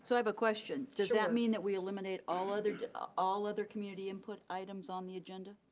so i have a question. does that mean that we eliminate all other ah all other community input items on the agenda?